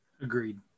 Agreed